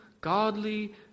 godly